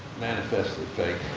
manifestly fake,